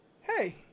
hey